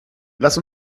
lass